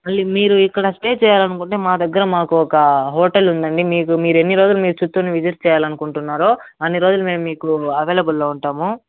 మళ్ళీ మీరు ఇక్కడ స్టే చెయ్యాలనుకుంటే మాదగ్గర మాకొక హోటలుందండి మీకు మీరెన్నిరోజులు మీ చిత్తూరుని విసిట్ చెయ్యాలనుకుంటున్నారో అన్నిరోజులు మేము మీకు అవైలబుల్లో ఉంటాము